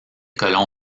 colon